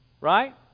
right